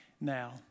now